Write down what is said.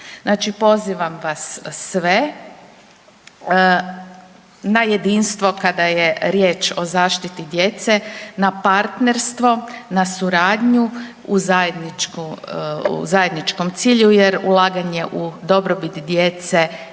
pozivam vas sve na jedinstvo kada je riječ o zaštiti djece, na partnerstvo, na suradnju u zajedničkom cilju jer ulaganje u dobrobit djece je